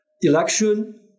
election